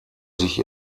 sich